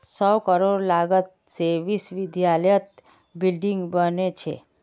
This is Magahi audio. सौ करोड़ लागत से विश्वविद्यालयत बिल्डिंग बने छे